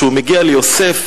כשהוא מגיע ליוסף,